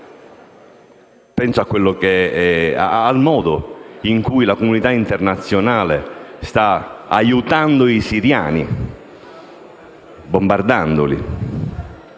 penso al modo in cui la comunità internazionale sta aiutando i siriani: bombardandoli;